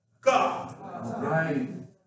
God